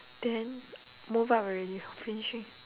then move up already ah finishing